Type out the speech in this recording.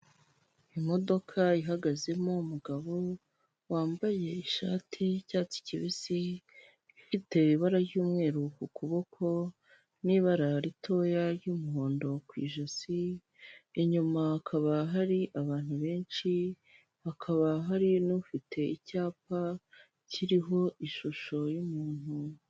Imodoka ihagazemo umugabo wambaye ishati y'icyatsi kibisi; ifite ibara ry'umweru ku kuboko n'ibara ritoya ry'umuhondo ku ijosi; inyuma hakaba hari abantu benshi; hakaba hari n'ufite icyapa kiriho ishusho y'umuntu.